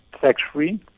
tax-free